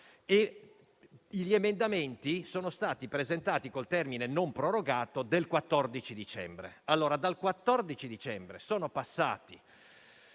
Gli emendamenti sono stati presentati col termine, non prorogato, del 14 dicembre. Da allora sono passati